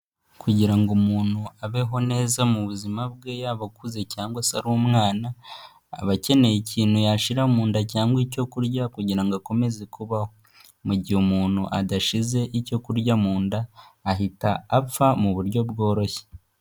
Kugira ngo umuntu abeho neza mu buzima bwe yaba akuze cyangwa se ari umwana, aba akeneye ikintu yashira mu nda cyangwa icyo kurya kugira ngo akomeze kubaho, mu gihe umuntu adashize icyo kurya munda, ahita apfa mu buryo bworoshye.